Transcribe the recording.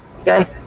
okay